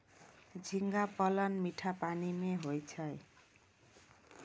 झींगा पालन मीठा पानी मे होय छै